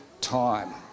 time